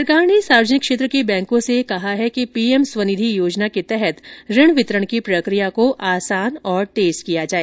सरकार ने सार्वजनिक क्षेत्र के बैंकों से कहा है कि पीएम स्वनिधि योजना के तहत ऋण वितरण की प्रक्रिया को आसान और तेज किया जाए